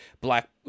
black